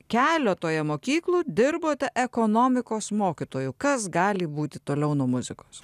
keletoje mokyklų dirbote ekonomikos mokytoju kas gali būti toliau nuo muzikos